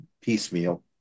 piecemeal